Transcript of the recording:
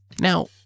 Now